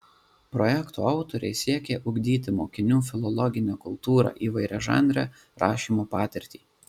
projekto autoriai siekia ugdyti mokinių filologinę kultūrą įvairiažanrę rašymo patirtį